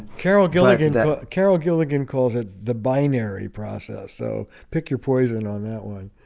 carol gilligan carol gilligan calls it the binary process, so pick your poison on that one.